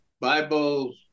Bible